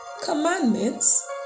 commandments